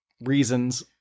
reasons